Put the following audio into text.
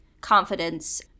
confidence